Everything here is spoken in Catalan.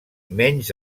menys